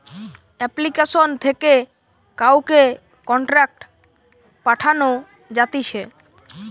application থেকে কাউকে contact পাঠানো যাতিছে